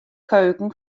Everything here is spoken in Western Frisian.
keuken